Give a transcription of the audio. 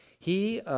he